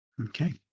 Okay